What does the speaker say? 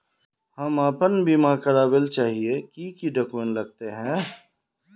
हम अपन बीमा करावेल चाहिए की की डक्यूमेंट्स लगते है?